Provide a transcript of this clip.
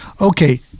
Okay